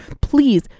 please